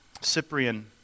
Cyprian